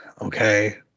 okay